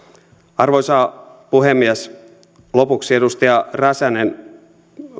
arvoisa puhemies lopuksi edustaja räsänen